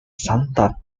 santa